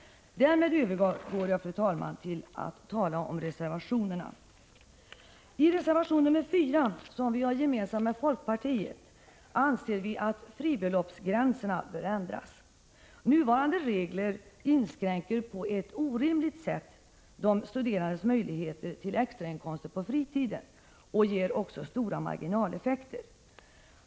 Därmed övergår jag, fru talman, till att tala om reservationerna. I reservation nr 4 som vi har gemensam med folkpartiet, anser vi att fribeloppsgränserna bör ändras. Nuvarande regler inskränker på ett orimligt sätt de studerandes möjligheter till extrainkomster på fritiden och ger också stora marginaleffekter.